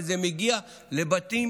וזה מגיע לבתים